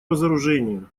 разоружению